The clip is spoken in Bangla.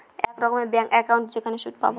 এক রকমের ব্যাঙ্ক একাউন্ট যেখানে সুদ পাবো